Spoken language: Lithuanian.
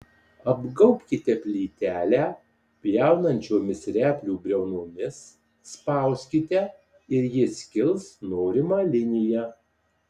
apgaubkite plytelę pjaunančiomis replių briaunomis spauskite ir ji skils norima linija